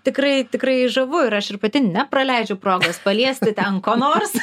tikrai tikrai žavu ir aš ir pati nepraleidžiu progos paliesti ten ko nors